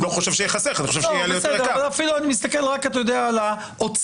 אני לא חושב שייחסך, אני חושב שיהיה להם יותר קל.